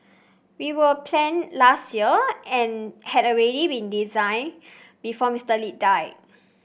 they were planned last year and had already been designed before Mister Lee died